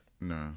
No